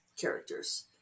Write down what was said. characters